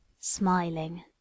Smiling